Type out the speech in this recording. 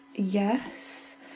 yes